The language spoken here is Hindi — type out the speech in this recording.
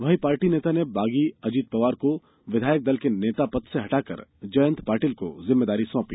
वहीं पार्टी ने बागी अजीत पवार को विधायकदल के नेता पद से हटाकर जयंत पाटिल को जिम्मेदारी सौंपी